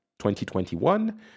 2021